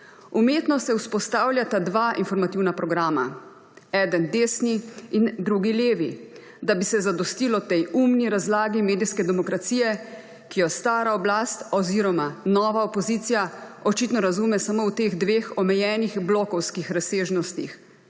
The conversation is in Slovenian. Umetno se vzpostavljata dva informativna programa, eden desni in drugi levi, da bi se zadostilo tej umni razlagi medijske demokracije, ki jo stara oblast oziroma nova opozicija očitno razume samo v teh dveh omejenih blokovskih razsežnostih,